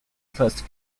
first